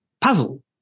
puzzle